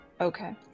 Okay